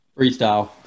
Freestyle